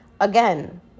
Again